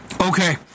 Okay